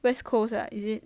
west coast ah is it